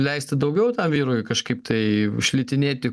leisti daugiau tam vyrui kažkaip tai šlitinėti